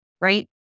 right